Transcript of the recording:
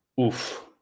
Oof